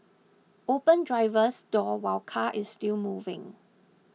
open driver's door while car is still moving